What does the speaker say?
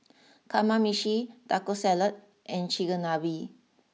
Kamameshi Taco Salad and Chigenabe